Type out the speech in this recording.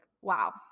wow